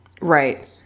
Right